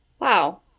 Wow